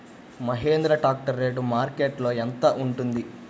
Mahindra tractor rate మార్కెట్లో యెంత ఉంటుంది?